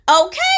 okay